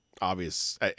obvious